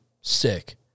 sick